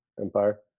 Empire